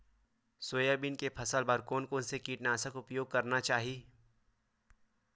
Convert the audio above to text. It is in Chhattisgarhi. सोयाबीन के फसल बर कोन से कीटनाशक के उपयोग करना चाहि?